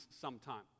sometime